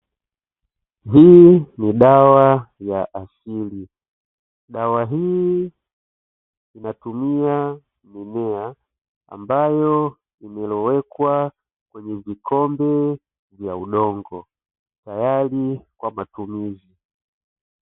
Hii ni dawa ya asili, dawa hii inatumia mimea ambayo imelowekwa kwenye vikombe vya udongo tayari kwa matumizi.